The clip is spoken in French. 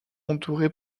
entouré